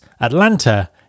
Atlanta